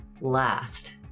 last